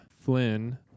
Flynn